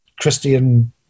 Christian